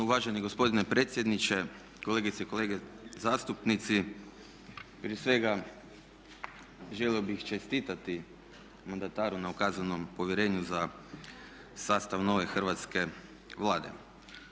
Uvaženi gospodine predsjedniče, kolegice i kolege zastupnici prije svega želio bih čestitati mandataru na ukazanom povjerenju za sastav nove Hrvatske vlade.